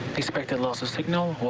expected loss of signal walls.